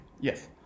Yes